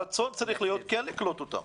הרצון צריך להיות כן לקלוט אותם.